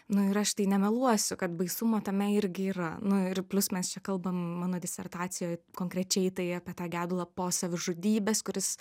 nu ir aš tai nemeluosiu kad baisumo tame irgi yra nu ir plius mes čia kalbam mano disertacijoj konkrečiai tai apie tą gedulą po savižudybės kuris